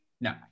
No